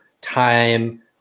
time